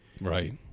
Right